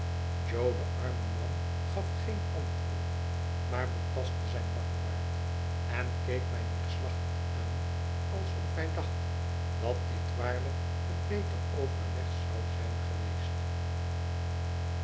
de arme man gaf geen antwoord maar betastte zijn bakkebaard en keek mij neerslachtig aan alsof hij dacht dat dit waarlijk een beter overleg zou zijn geweest